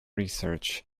research